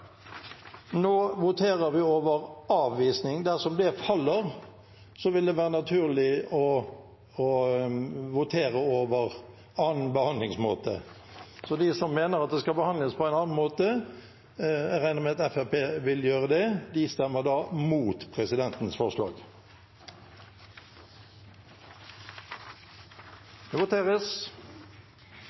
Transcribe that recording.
Nå skal vi votere over avvisning. Dersom det forslaget faller, vil det være naturlig å votere over en annen behandlingsmåte. De som mener at forslaget skal behandles på en annen måte – jeg regner med at Fremskrittspartiet vil gjøre det – stemmer da imot presidentens forslag.